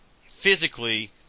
physically